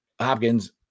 Hopkins